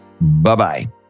Bye-bye